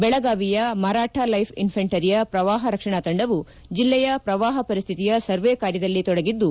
ಬೆಳಗಾವಿಯ ಮರಾಠಾ ಲೈಫ್ ಇನ್ನೆಂಟರಿಯ ಪ್ರವಾಪ ರಕ್ಷಣಾ ತಂಡವು ಜಿಲ್ಲೆಯ ಪ್ರವಾಪ ಪರಿಸ್ಥಿತಿಯ ಸರ್ವ ಕಾರ್ಯದಲ್ಲಿ ತೊಡಗಿದ್ದು